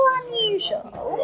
unusual